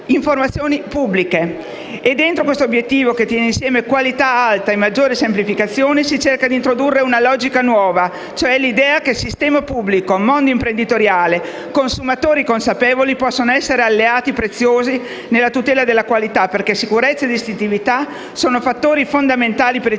informazioni pubbliche. E dentro questo obiettivo, che tiene insieme qualità alta e maggiore semplificazione, si cerca di introdurre una logica nuova, cioè l'idea che sistema pubblico, mondo imprenditoriale e consumatori consapevoli possono essere alleati preziosi nella tutela della qualità, perché sicurezza e distintività sono fattori fondamentali per i